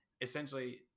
essentially